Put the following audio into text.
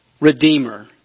redeemer